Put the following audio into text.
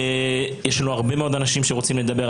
יש לנו הרבה מאוד אנשים שרוצים לדבר,